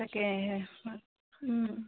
তাকে